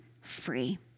free